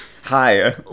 Hi